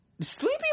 Sleepy